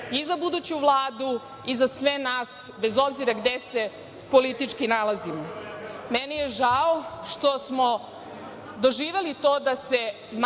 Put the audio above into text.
i za buduću Vladu i za sve nas, bez obzira gde se politički nalazimo. Meni je žao što smo doživeli to da se